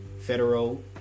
federal